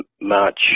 march